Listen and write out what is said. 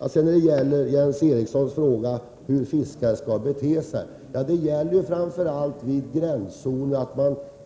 Till svar på Jens Erikssons fråga om hur fiskare skall bete sig vill jag säga att det gäller att i gränszon